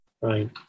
Right